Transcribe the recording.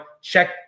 Check